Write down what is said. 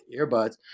earbuds